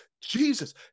Jesus